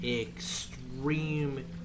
extreme